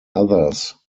others